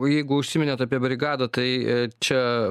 o jeigu užsiminėt apie brigadą tai čia